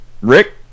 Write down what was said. Rick